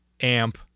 amp